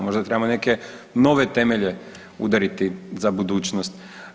Možda trebamo neke nove temelje udariti za budućnost.